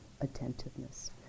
attentiveness